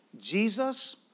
Jesus